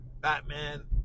Batman